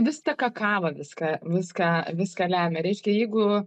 viską kakava viską viską viską lemia reiškia jeigu